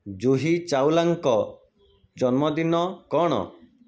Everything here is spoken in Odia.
ଜୁହି ଚାୱଲାଙ୍କ ଜନ୍ମଦିନ କ'ଣ